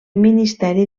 ministeri